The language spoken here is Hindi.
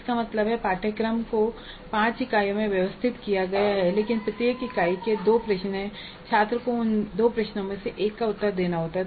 इसका मतलब है पाठ्यक्रम को 5 इकाइयों में व्यवस्थित किया गया है प्रत्येक इकाई के लिए 2 प्रश्न हैं छात्र को उन 2 प्रश्नों में से 1 का उत्तर देना है